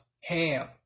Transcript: Ham